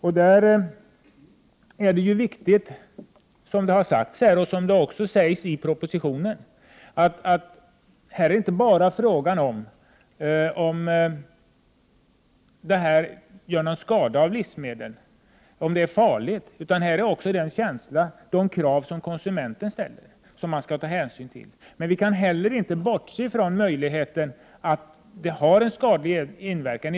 Det är viktigt, som det har sagts här och som man också säger i propositionen, att det inte bara är fråga om skadeverkningar utan att det också är fråga om konsumentens krav. Vi kan dock inte bortse från att bestrålningen kan ha en skadlig inverkan.